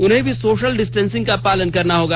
उन्हें भी social distancing का पालन करना होगा